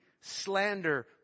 slander